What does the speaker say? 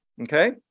okay